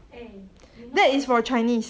eh you know what is